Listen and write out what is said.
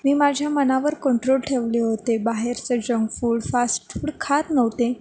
मी माझ्या मनावर कंट्रोल ठेवले होते बाहेरचं जंक फूड फास्टफूड खात नव्हते